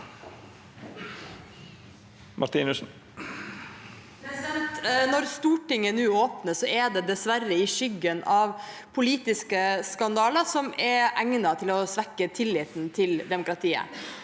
Når Stor- tinget nå åpner, er det dessverre i skyggen av politiske skandaler som er egnet til å svekke tilliten til demokratiet.